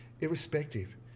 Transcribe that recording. irrespective